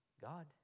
God